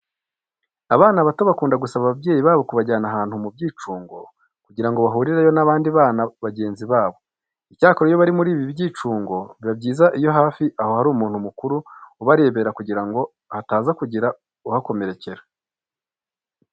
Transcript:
Abana bato bakunda gusaba ababyeyi babo kubajyana ahantu mu byicungo kugira ngo bahurireyo n'abandi bana bagenzi babo. Icyakora iyo bari muri ibi byicungo biba byiza iyo hafi aho hari umuntu mukuru ubareberera kugira ngo hataza kugira uhakomerekera.